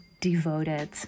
Devoted